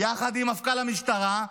יחד עם מפכ"ל המשטרה,